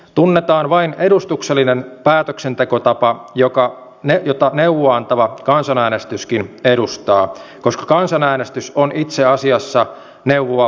tunnetaan vain edustuksellinen päätöksentekotapa jota neuvoa antava kansanäänestyskin edustaa koska kansanäänestys on itse asiassa neuvoa pyytävä